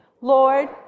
Lord